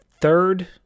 third